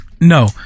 no